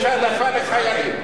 בארצות-הברית יש העדפה לחיילים.